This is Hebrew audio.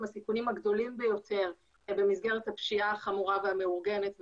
הסיכונים הגדולים ביותר במסגרת הפשיעה החמורה והמאורגנת ותוצריה.